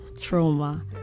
trauma